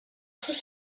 sous